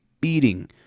beating